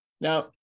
Now